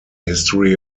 history